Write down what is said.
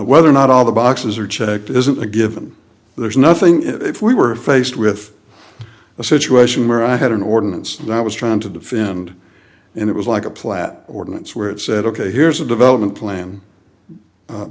whether or not all the boxes are checked isn't a given there's nothing if we were faced with a situation where i had an ordinance that i was trying to defend and it was like a plat ordinance where it said ok here's a development plan